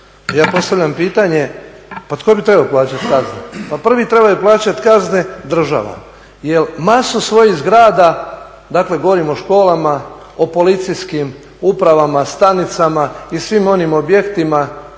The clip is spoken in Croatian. ja postavljam pitanje pa tko bi trebao plaćati kazne? Pa prvo treba plaćati kazne država, jel masu svojih zgrada, dakle govorim o školama, o policijskim upravama, stanicama i svim onim objektima